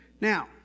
Now